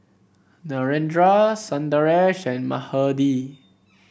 Narendra Sundaresh and Mahade